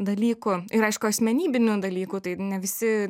dalykų ir aišku asmenybinių dalykų tai ne visi